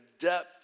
depth